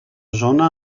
zona